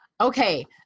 Okay